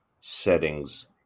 settings